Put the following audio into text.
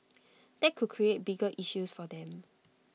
that could create bigger issues for them